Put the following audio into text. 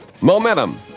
Momentum